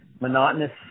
monotonous